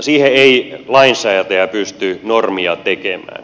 siihen ei lainsäätäjä pysty normia tekemään